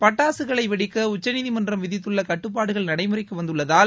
பட்டாககளை வெடிக்க உச்சநீதிமன்றம் விதித்துள்ள கட்டுப்பாடுகள் நடைமுறைக்கு வந்துள்ளதால்